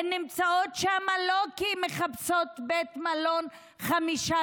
הן נמצאות שם לא כי הן מחפשות בית מלון חמישה